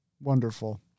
Wonderful